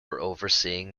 overseeing